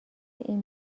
این